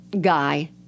guy